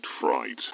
Fright